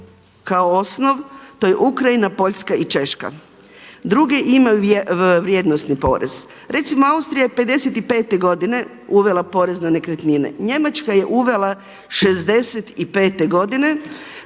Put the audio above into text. kao osnov, to je Ukrajina, Poljska i Češka. Druge imaju vrijednosni porez. Recimo Austrija je 55 godine uvela porez na nekretnine, Njemačka je uvela '65. godine